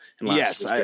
Yes